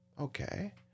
okay